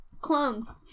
clones